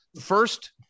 first